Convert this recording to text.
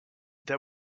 that